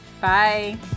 Bye